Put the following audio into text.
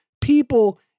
people